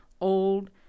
old